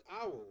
Owl